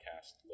cast